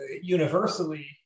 universally